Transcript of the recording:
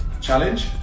Challenge